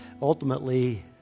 Ultimately